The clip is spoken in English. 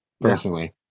personally